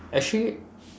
actually